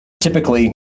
Typically